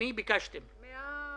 מה שברור,